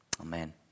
Amen